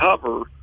cover